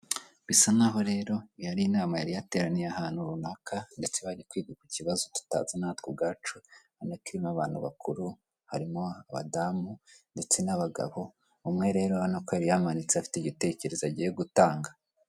Bisa n'aho rero yari inama yari yateraniye ahantu runaka, ndetse bari kwiga ku kibazo tutazi natwe ubwacu. Hagati ni abantu bakuru harimo abadamu ndetse n'abagabo, umwe rero hano ko yari yamanitse afite igitekerezo agiye gutanga.